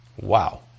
Wow